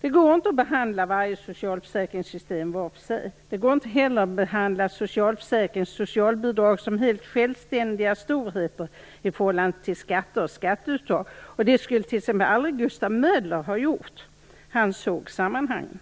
Det går inte att behandla varje socialförsäkringssystem för sig. Det går inte heller att behandla socialförsäkrings och socialbidrag som helt självständiga storheter i förhållande till skatter och skatteuttag. Det skulle t.ex. aldrig Gustaf Möller ha gjort. Han såg sammanhangen.